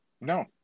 No